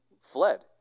fled